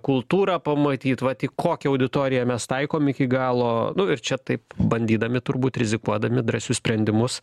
kultūrą pamatyt vat į kokią auditoriją mes taikom iki galo nu ir čia taip bandydami turbūt rizikuodami drąsius sprendimus